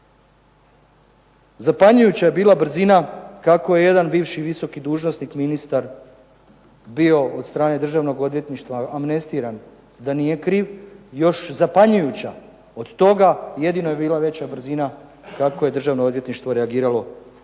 Zapanjujuća je bila brzina kako je jedan bivši dužnosnik ministar bio od strane Državnog odvjetništva amnestiran da nije kriv. Još zapanjujuća od toga jedino je bila veća brzina kako je Državno odvjetništvo reagiralo na